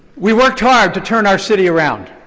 we worked hard to turn our city around,